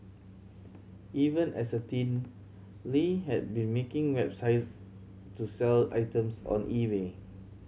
even as a teen Lie had been making websites to sell items on eBay